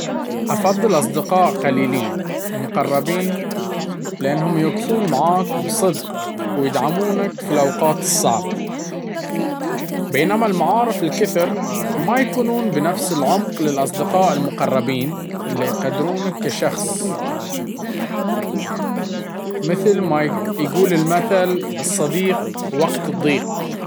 أفضل أصدقاء قليلين ومقربين لأنهم يوقفون معاك بصدق ويدعمونك في الأوقات الصعبة، بينما المعارف الكثر ما يكونون بنفس العمق للأصدقاء المقربين اللي يقدرونك كشخص ومثل ما يقول المثل الصديق وقت الضيق.